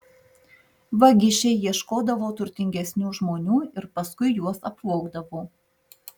vagišiai ieškodavo turtingesnių žmonių ir paskui juos apvogdavo